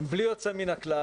הם בלי יוצא מן הכלל